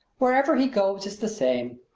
wherever he goes it's the same.